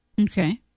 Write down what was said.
Okay